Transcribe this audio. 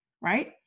right